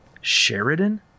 Sheridan